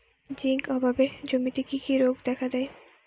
Zinc অভাবে জমিতে কি কি রোগ দেখাদেয়?